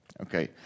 Okay